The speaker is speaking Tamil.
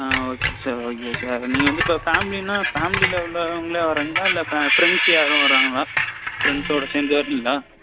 ஆ ஓகே சார் ஓகே சார் நீங்கள் வந்து இப்போ ஃபேமிலின்னால் ஃபேமிலியில் உள்ளவங்களே வராங்களா இல்லை ஃப ஃப்ரெண்ட்ஸ் யாருனால் வராங்களா ஃப்ரெண்ட்ஸோடு சேர்ந்து வருவீங்களா